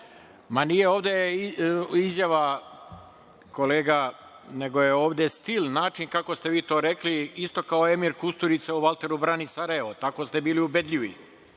Ma, nije ovde izjava kolega, nego je ovde stil, način kako ste vi to rekli, isto kao Emir Kusturica u „Valter brani Sarajevo“, tako ste bili ubedljivi.